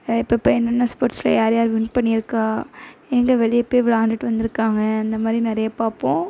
அப்பப்போ என்னென்ன ஸ்போர்ட்ஸ்ல யார் யார் வின் பண்ணியிருக்கா எங்கே வெளியே போய் விளாண்டுட்டு வந்திருக்காங்க அந்த மாதிரி நிறைய பார்ப்போம்